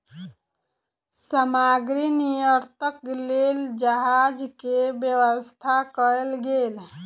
सामग्री निर्यातक लेल जहाज के व्यवस्था कयल गेल